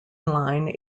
line